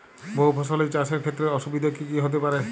বহু ফসলী চাষ এর ক্ষেত্রে অসুবিধে কী কী হতে পারে?